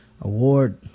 award